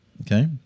Okay